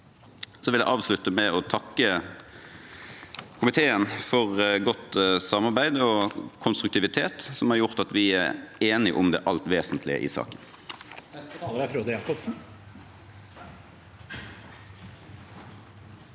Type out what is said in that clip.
Jeg vil avslutte med å takke komiteen for godt samarbeid og konstruktivitet, som har gjort at vi er enige om det alt vesentlige i saken.